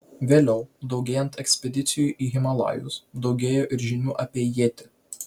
vėliau daugėjant ekspedicijų į himalajus daugėjo ir žinių apie jetį